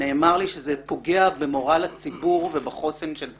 נאמר לי שזה פוגע במורל הציבור ובחוסן של צה"ל.